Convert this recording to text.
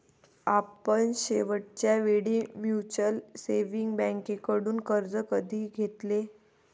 आपण शेवटच्या वेळी म्युच्युअल सेव्हिंग्ज बँकेकडून कर्ज कधी घेतले?